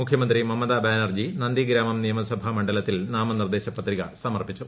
മുഖ്യമന്ത്രി മമതാ ബാനർജി നന്ദിഗ്രാമം നിയമസഭാ മണ്ഡലത്തിൽ നാമനിർദ്ദേശ പത്രിക സമർപ്പിച്ചു